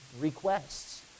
requests